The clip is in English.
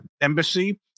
embassy